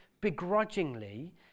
begrudgingly